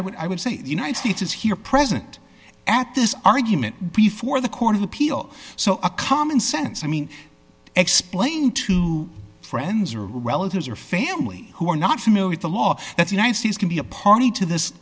i would i would say the united states is here present at this argument before the court of appeal so a common sense i mean explain to friends or relatives or family who are not familiar with the law that's one sees can be a party to this